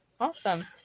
awesome